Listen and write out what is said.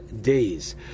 days